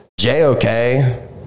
JOK